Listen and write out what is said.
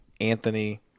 Anthony